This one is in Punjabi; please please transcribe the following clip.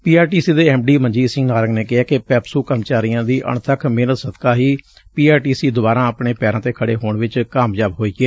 ਪੀਆਰਟੀਸੀ ਦੇ ਐਮਡੀ ਮਨਜੀਤ ਸਿੰਘ ਨਾਰੰਗ ਨੇ ਕਿਹੈ ਕਿ ਪੈਪਸੁ ਕਰਮਚਾਰੀਆਂ ਦੀ ਅਣਬੱਕ ਮਿਹਨਤ ਸਦਕਾ ਹੀ ਪੀਆਰਟੀਸੀ ਦੁਬਾਰਾਂ ਆਪਣੇ ਪੈਰਾਂ ਤੇ ਖੜੇ ਹੋਣ ਵਿੱਚ ਕਾਮਯਾਬ ਹੋਈ ਏ